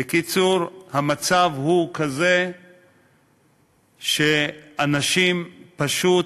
בקיצור, המצב הוא כזה שאנשים פשוט